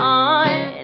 on